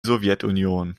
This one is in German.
sowjetunion